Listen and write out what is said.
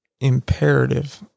imperative